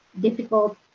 difficult